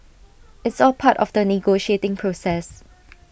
it's all part of the negotiating process